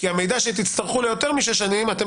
כי את המידע שתצטרכו ליותר משש שנים אתם